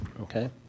Okay